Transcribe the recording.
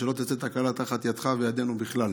שלא תצא תקלה מתחת ידך וידנו בכלל.